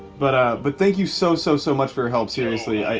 but ah but thank you so, so so much for your help, seriously.